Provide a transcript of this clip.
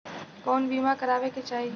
कउन बीमा करावें के चाही?